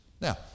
Now